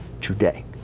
today